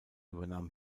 übernahm